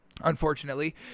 unfortunately